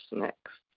next